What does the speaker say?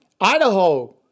Idaho